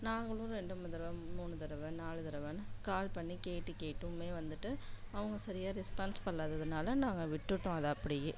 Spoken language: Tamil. நாங்களும் ரெண்டு மூணு தடவை மூணு தடவை நாலு தடவைன்னு கால் பண்ணி கேட்டு கேட்டுமே வந்துட்டு அவங்க சரியாக ரெஸ்பான்ஸ் பண்ணாததுனால் நாங்கள் விட்டுட்டோம் அதை அப்படியே